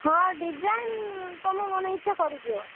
ହଁ ଡିଜାଇନ୍ ତମ ମନ ଇଚ୍ଛା କରିଦିଅ